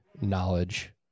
knowledge